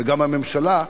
וגם הממשלה,